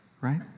right